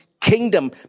kingdom